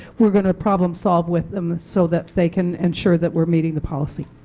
we are going to problem solve with them so that they can ensure that we are meeting the policy.